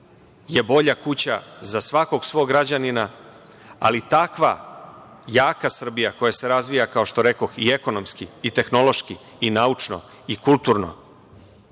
je bolja kuća za svakog svog građanina, ali takva jaka Srbija, koja se razvija, kao što rekoh, i ekonomski i tehnološki i naučno i kulturno,